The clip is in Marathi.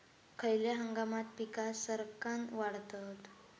खयल्या हंगामात पीका सरक्कान वाढतत?